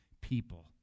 people